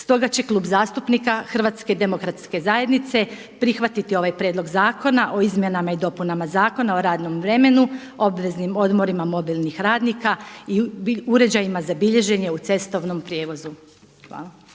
Stoga će Klub zastupnika HDZ-a prihvatiti ovaj Prijedlog zakona o Izmjenama i dopunama Zakona o radnom vremenu, obveznim odmorima mobilnih radnika i uređajima za bilježenje u cestovnom prijevozu. Hvala.